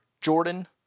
Jordan